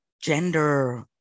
gender